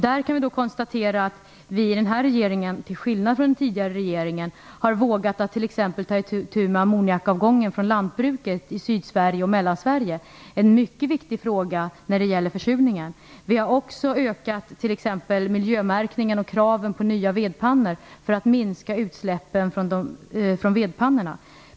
Vi kan konstatera att vi i denna regering, till skillnad från den tidigare regeringen, t.ex. har vågat ta itu med ammoniakavgången från lantbruket i Syd och Mellansverige. Det är en mycket viktig fråga när det gäller försurningen. Vi har också ökat kraven på miljömärkning för nya vedpannor för att minska utsläppen från dessa.